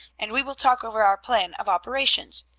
and we will talk over our plan of operations.